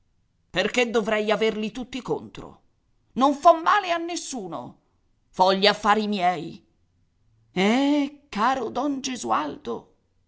perché dovrei averli tutti contro non fo male a nessuno fo gli affari miei eh caro don gesualdo